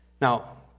Now